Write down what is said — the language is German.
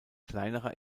kleinerer